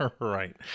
right